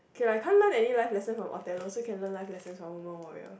k lah you can't learn any life lesson from Othello so you can learn life lessons from woman-warrior